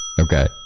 Okay